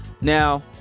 now